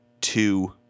two